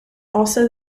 also